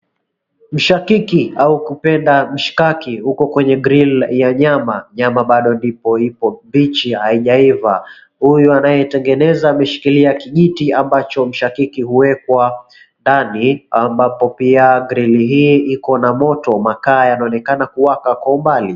Mshakiki au ukipenda mshikaki huko kwenye grill ya nyama. Nyama bado ipo mbichi haija iva. Huyu anaye tengeneza ameshikilia kijiti ambacho mshakiki huwekwa ndani ambapo pia grill hii iko na moto. Makaa yanaonekana kuwaka kwa umbali.